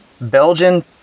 Belgian